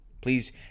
Please